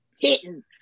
hitting